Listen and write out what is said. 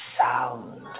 sound